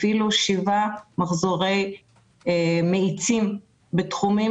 הפעילו שבעה מחזורי מאיצים בתחומים